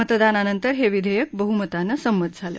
मतदानानंतर हे विधेयक बहमतानं संमत झालं